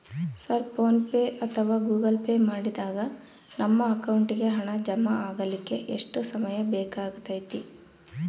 Sir PhonePe ಅಥವಾ Google pay ಮಾಡಿದಾಗ ನಮ್ಮ ಅಕೌಂಟಿಗೆ ಹಣ ಜಮಾ ಆಗಲಿಕ್ಕೆ ಎಷ್ಟು ಸಮಯ ಬೇಕಾಗತೈತಿ?